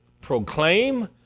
proclaim